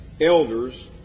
elders